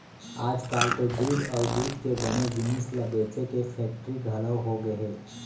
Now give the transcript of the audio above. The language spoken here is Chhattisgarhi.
आजकाल तो दूद अउ दूद के बने जिनिस ल बेचे के फेक्टरी घलौ होगे हे